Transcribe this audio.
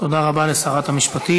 תודה רבה לשרת המשפטים.